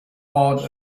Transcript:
awed